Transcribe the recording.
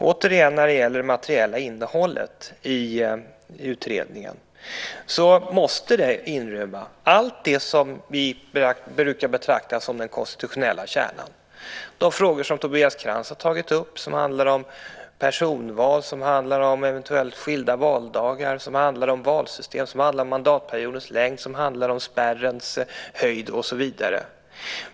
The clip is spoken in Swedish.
Återigen: Det materiella innehållet i utredningen måste inrymma allt det som vi brukar betrakta som den konstitutionella kärnan: de frågor som Tobias Krantz har tagit upp som handlar om personval, eventuellt skilda valdagar, valsystem, mandatperiodens längd, spärrens nivå och så vidare.